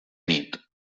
nit